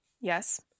yes